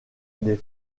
des